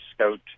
scout